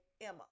emma